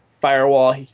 Firewall